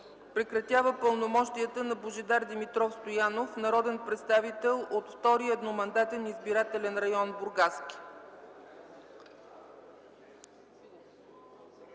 Прекратява пълномощията на Божидар Димитров Стоянов – народен представител от 2. Eдномандатен избирателен район Бургаски.”